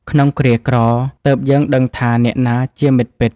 ក្នុងគ្រាក្រ ទើបយើងដឹងថាអ្នកណាជាមិត្តពិត។